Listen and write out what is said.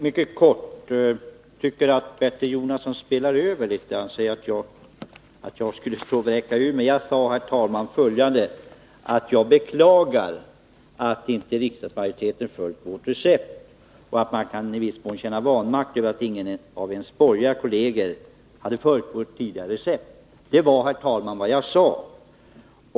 Herr talman! Jag tycker att Bertil Jonasson spelar över. Han säger att jag står här och vräker ur mig. Jag sade, att jag beklagar att riksdagsmajoriteten inte har följt vårt recept och att man i viss mån kan känna vanmakt över att ingen av ens borgerliga kolleger hade följt vårt tidigare recept. Det var, herr talman, vad jag sade.